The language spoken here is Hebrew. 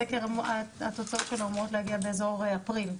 הסקר, התוצאות שלו אמורות להגיע באזור אפריל,